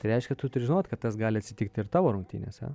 tai reiškia tu turi žinot kad tas gali atsitikt ir tavo rungtynėse